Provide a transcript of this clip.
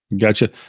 Gotcha